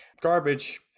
garbage